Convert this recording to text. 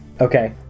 Okay